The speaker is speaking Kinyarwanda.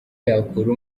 yakura